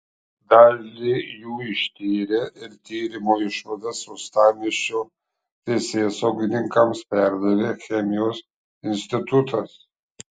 dalį jų ištyrė ir tyrimo išvadas uostamiesčio teisėsaugininkams perdavė chemijos institutas